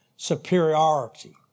Superiority